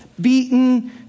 beaten